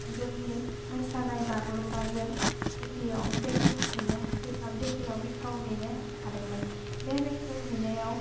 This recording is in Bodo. जोंनि मोसानाय बागुरुमबा जों दिल्लीयाव बेखेवहैनो रिपाब्लिक दे आव बेखेवहैनो हादोंमोन बे बेखेवहैनायाव